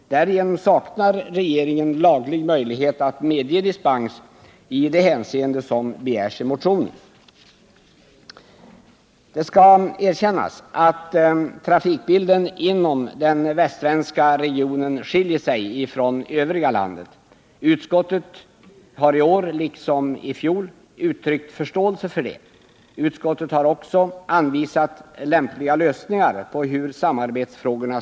Därigenom saknar regeringen laglig möjlighet att medge dispens i de fall som nämns i motionen. Det skall erkännas att trafikbilden inom den västsvenska regionen skiljer sig från den trafikbild som gäller för den övriga delen av landet. Utskottet har i år liksom i fjol uttryckt förståelse härför och har också anvisat lämpliga lösningar av samarbetsfrågorna.